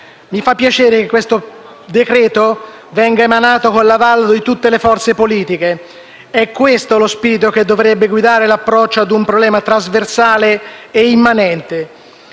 Mi fa piacere che questo decreto-legge venga emanato con l'avallo di tutte le forze politiche. È questo lo spirito che dovrebbe guidare l'approccio a un problema trasversale e immanente.